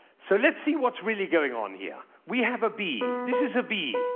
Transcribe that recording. so let's see what's really going on here. we have a b. this is a b.